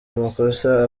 amakosa